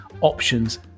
options